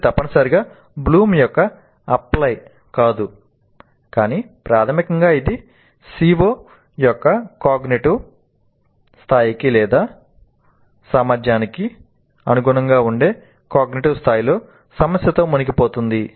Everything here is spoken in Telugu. ఇది తప్పనిసరిగా బ్లూమ్ యొక్క 'అప్లై' స్థాయిలో సమస్యతో మునిగిపోతుంది